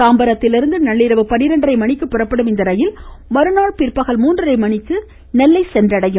தாம்பரத்திலிருந்து நள்ளிரவு பனிரெண்டரை மணிக்கு புறப்படும் இந்த ரயில் மறுநாள் பிற்பகல் மூன்றரை மணிக்கு திருநெல்வேலி சென்றடையும்